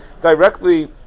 directly